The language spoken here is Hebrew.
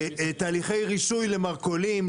תהליכי רישוי למרכולים,